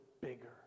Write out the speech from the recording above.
bigger